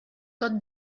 tot